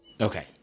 Okay